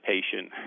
patient